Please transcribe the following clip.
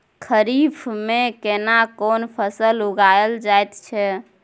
खरीफ में केना कोन फसल उगायल जायत छै?